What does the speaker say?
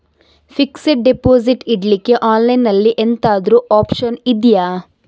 Fixed deposit ಇಡ್ಲಿಕ್ಕೆ online ಅಲ್ಲಿ ಎಂತಾದ್ರೂ ಒಪ್ಶನ್ ಇದ್ಯಾ?